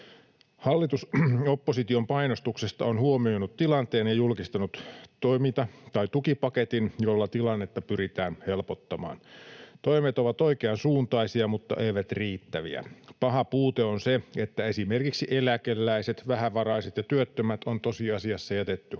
Hallitus opposition painostuksesta on huomioinut tilanteen ja julkistanut tukipaketin, jolla tilannetta pyritään helpottamaan. Toimet ovat oikeansuuntaisia, mutta eivät riittäviä. Paha puute on se, että esimerkiksi eläkeläiset, vähävaraiset ja työttömät on tosiasiassa jätetty huomiotta.